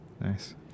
Nice